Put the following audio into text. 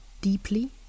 deeply